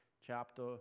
chapter